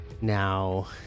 now